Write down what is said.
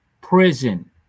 prison